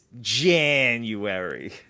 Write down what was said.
January